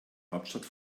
hauptstadt